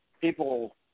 people